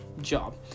job